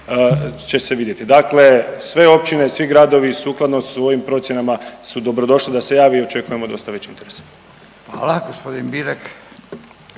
će se vidjeti. Dakle sve općine, svi gradovi sukladno svojim procjenama su dobrodošli da se javi i očekujemo …/Govornik se ne razumije/….